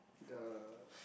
the